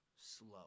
Slow